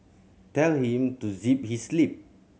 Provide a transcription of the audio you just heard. tell him to zip his lip